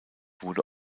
wurde